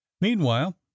meanwhile